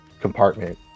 compartment